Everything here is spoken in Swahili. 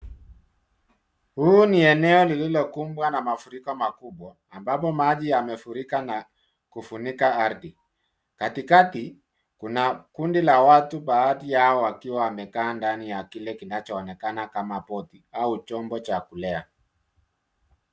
Huu ni eneo lililokumbwa na mafuriko makubwa ambapo maji yamefurika na kufunika ardhi. Katikati, kuna kundi la watu baadhi yao wakiwa wamekaa ndani ya kile kinachokaa kama boti au chombo cha kuelea.